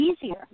easier